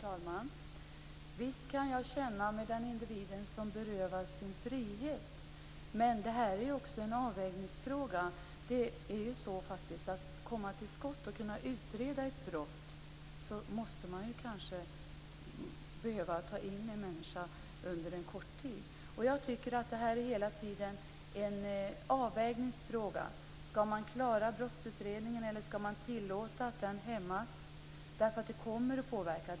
Fru talman! Visst kan jag känna med den individ som berövas sin frihet. Men detta är också en avvägningsfråga. För att komma till skott och kunna utreda ett brott måste man ju kanske göra ett frihetsberövande av en människa under en kort tid. Jag tycker att detta hela tiden är en avvägningsfråga. Skall man klara brottsutredningen, eller skall man tillåta att den hämmas? Den kommer nämligen att påverkas.